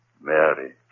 Mary